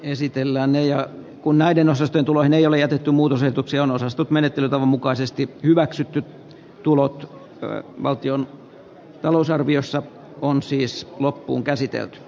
esitellään ja kun näiden osasten tulojen ei minä pyydän anteeksi ja osastot menettelytavan mukaisesti hyväksytyt tulot jäävät valtion talousarviossa on siis loppuunkäsitelty